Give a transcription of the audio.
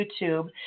YouTube